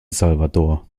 salvador